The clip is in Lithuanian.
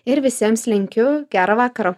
ir visiems linkiu gero vakaro